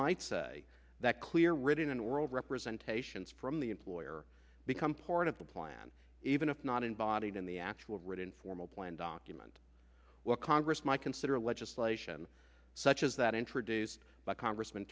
might say that clear reading and world representations from the employer become part of the plan even if not in body than the actual written formal plan document where congress might consider legislation such as that introduced by congressm